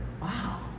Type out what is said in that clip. Wow